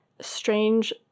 strange